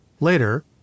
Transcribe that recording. Later